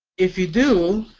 if you do,